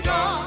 God